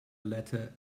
letter